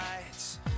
lights